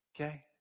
Okay